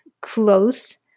close